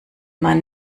man